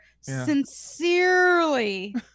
sincerely